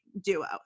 duo